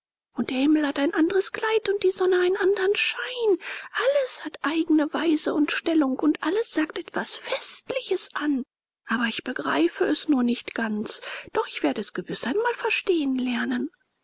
und der himmel hat ein anderes kleid und die sonne einen andern schein alles hat eigene weise und stellung und alles sagt etwas festliches an aber ich begreife es nur nicht ganz doch ich werde es gewiß einmal verstehen lernen